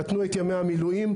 נתנו את ימי המילואים,